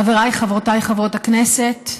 חבריי וחברותיי חברות הכנסת,